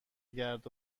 گرد